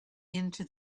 into